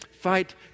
fight